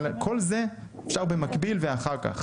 אבל כל זה אפשר במקביל ואחר כך.